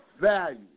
value